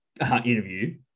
interview